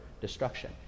destruction